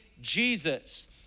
Jesus